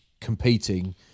competing